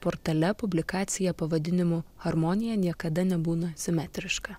portale publikacija pavadinimu harmonija niekada nebūna simetriška